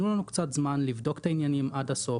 תנו לנו קצת זמן לבדוק את העניינים עד הסוף,